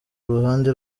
ruhande